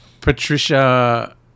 Patricia